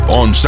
on